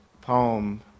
poem